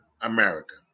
America